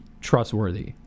trustworthy